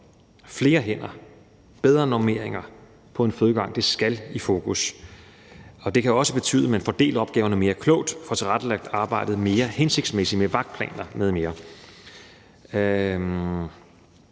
flere hænder og bedre normeringer på fødegangene skal i fokus. Det kan også betyde, at man får delt opgaverne mere klogt og får tilrettelagt arbejdet mere hensigtsmæssigt med hensyn til vagtplaner m.m.